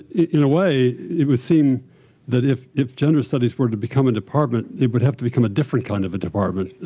in a way, it would seem that if if gender studies were to become a department, it would have to become a different kind of a department.